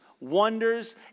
wonders